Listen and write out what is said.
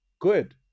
good